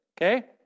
Okay